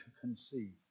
conceive